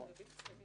נכון.